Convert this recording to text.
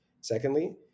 Secondly